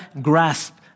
grasp